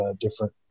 different